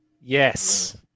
Yes